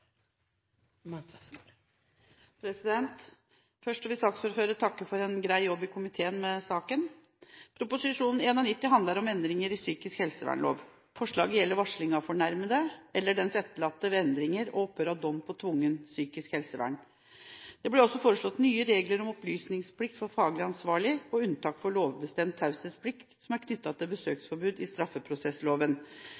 vedtatt. Først vil saksordføreren takke for en grei jobb i komiteen med denne saken. Prop. 91 L for 2012–2013 handler om endringer i psykisk helsevernloven. Forslaget gjelder varsling av fornærmede eller vedkommendes etterlatte ved endringer og opphør av dom ved tvungent psykisk helsevern. Det blir også foreslått nye regler om opplysningsplikt for faglig ansvarlig og unntak fra lovbestemt taushetsplikt knyttet til